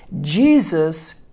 Jesus